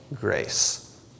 grace